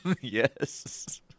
Yes